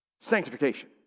Sanctification